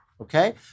Okay